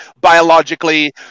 biologically